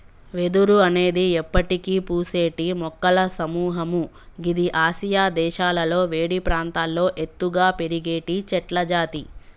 వెదురు అనేది ఎప్పటికి పూసేటి మొక్కల సముహము గిది ఆసియా దేశాలలో వేడి ప్రాంతాల్లో ఎత్తుగా పెరిగేటి చెట్లజాతి